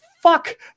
fuck